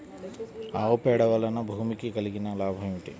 ఆవు పేడ వలన భూమికి కలిగిన లాభం ఏమిటి?